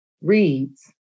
reads